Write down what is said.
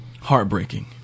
Heartbreaking